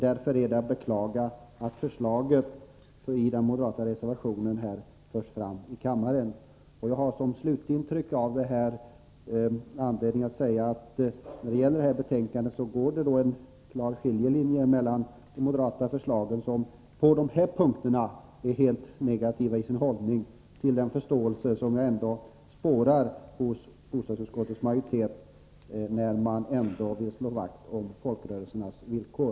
Därför är det beklagligt att det moderata förslaget i reservationen förs fram här i kammaren. Mitt slutintryck när det gäller det här betänkandet är att det går en klar skiljelinje mellan de moderata förslagen, som på de här punkterna är helt negativa, och den förståelse som jag ändå spårar hos bostadsutskottets majoritet, som vill slå vakt om folkrörelsernas villkor.